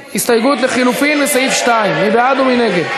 הסתייגות לחלופין א' לסעיף 2. מי בעד ומי נגד?